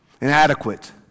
Inadequate